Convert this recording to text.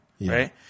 right